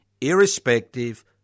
irrespective